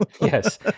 Yes